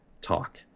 talk